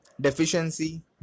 deficiency